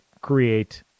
create